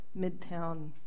midtown